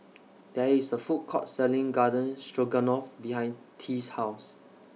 There IS A Food Court Selling Garden Stroganoff behind Ty's House